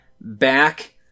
back